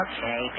Okay